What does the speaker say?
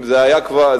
אם זה היה נכון,